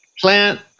plant